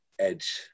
edge